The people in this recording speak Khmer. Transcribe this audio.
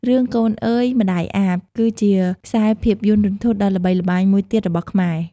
រឿង កូនអើយម្តាយអាប គឺជាខ្សែភាពយន្តរន្ធត់ដ៏ល្បីល្បាញមួយទៀតរបស់ខ្មែរ។